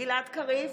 גלעד קריב,